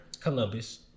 Columbus